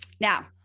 Now